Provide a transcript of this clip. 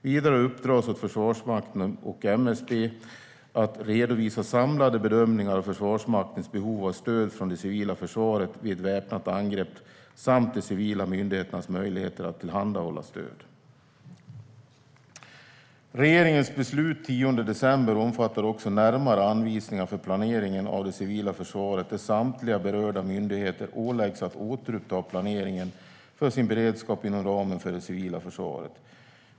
Vidare uppdras åt Försvarsmakten och MSB att redovisa samlade bedömningar av Försvarsmaktens behov av stöd från det civila försvaret vid ett väpnat angrepp samt de civila myndigheternas möjligheter att tillhandahålla stöd. Regeringens beslut den 10 december omfattar också närmare anvisningar för planeringen av det civila försvaret där samtliga berörda myndigheter åläggs att återuppta planeringen för sin beredskap inom ramen för det civila försvaret.